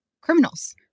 Criminals